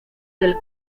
del